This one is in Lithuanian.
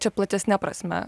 čia platesne prasme